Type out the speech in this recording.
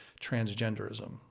transgenderism